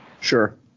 Sure